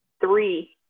three